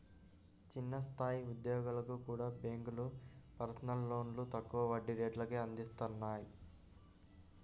చిన్న స్థాయి ఉద్యోగులకు కూడా బ్యేంకులు పర్సనల్ లోన్లను తక్కువ వడ్డీ రేట్లకే అందిత్తన్నాయి